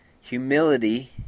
humility